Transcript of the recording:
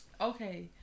okay